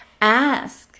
Ask